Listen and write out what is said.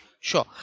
Sure